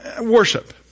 Worship